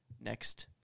next